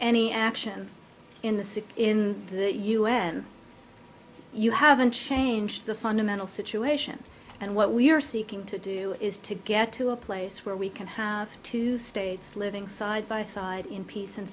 any action in the city in the u n you haven't changed the fundamental situation and what we are seeking to do is to get to a place where we can have two states living side by side in peace and